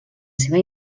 seva